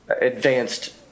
advanced